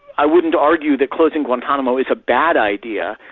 i wouldn't argue that closing guantanamo is a bad idea,